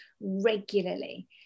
regularly